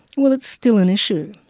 well, it's still an issue,